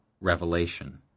revelation